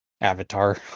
avatar